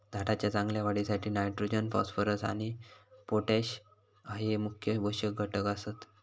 झाडाच्या चांगल्या वाढीसाठी नायट्रोजन, फॉस्फरस आणि पोटॅश हये मुख्य पोषक घटक आसत